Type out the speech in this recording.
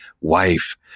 wife